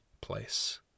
place